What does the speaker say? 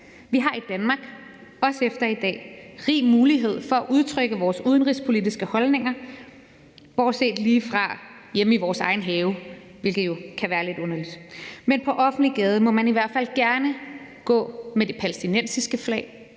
Vi har i Danmark, også efter i dag, rig mulighed for at udtrykke vores udenrigspolitiske holdninger, lige bortset fra hjemme i vores egen have, hvilket jo kan være lidt underligt. Men på offentlig gade må man i hvert fald gerne gå med det palæstinensiske flag,